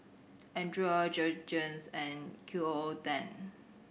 Andre Jergens and Q O O ten